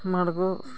ᱢᱟᱲᱜᱩ